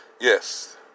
Yes